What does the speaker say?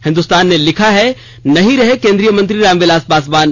हिन्दुस्तान ने लिखा है नहीं रहे केन्द्रीय मंत्री रामविलास पा हुँ पासवान